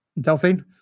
Delphine